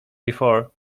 before